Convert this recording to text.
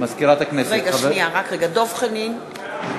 מזכירת הכנסת, חבר הכנסת דב חנין.